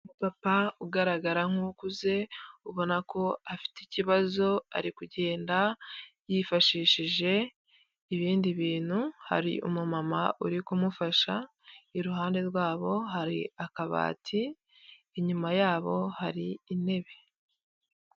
Umupapa ugaragara nk'ukuze ubona ko afite ikibazo, ari kugenda yifashishije ibindi bintu hari umumama uri kumufasha, iruhande rwabo hari akabati inyuma yabo hari intebe.